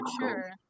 sure